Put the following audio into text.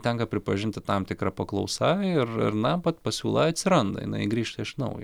tenka pripažinti tam tikra paklausa ir ir na bet pasiūla atsiranda jinai grįžta iš naujo